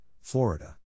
Florida